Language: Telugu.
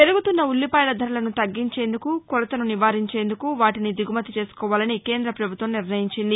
పెరుగుతున్న ఉల్లిపాయల ధరలను తగ్గించేందుకు కొరతను నివారించేందుకు వాటీని దిగుమతి చేసుకోవాలని కేంద్ర ప్రభుత్వం నిర్ణయించింది